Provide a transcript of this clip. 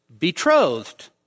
betrothed